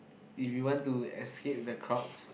if you want to escape the crowds